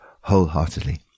wholeheartedly